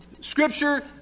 Scripture